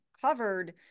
covered